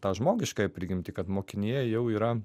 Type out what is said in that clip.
tą žmogiškąją prigimtį kad mokinyje jau yra